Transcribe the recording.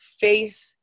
faith